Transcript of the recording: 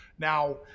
Now